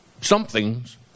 something's